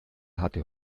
hatte